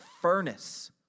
furnace